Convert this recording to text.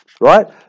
Right